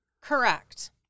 Correct